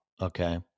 okay